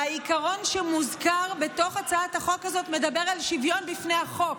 העיקרון שמוזכר בתוך הצעת החוק הזאת מדבר על שוויון בפני החוק,